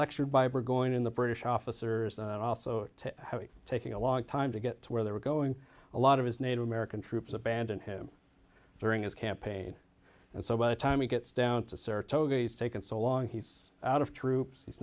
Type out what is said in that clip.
lectured by br going in the british officers and also to taking a long time to get to where they were going a lot of his native american troops abandoned him during his campaign and so by the time he gets down to saratoga he's taken so long he's out of troops he's